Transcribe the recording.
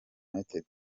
united